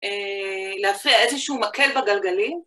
‫להפריע איזשהו מקל בגלגלים